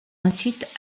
ensuite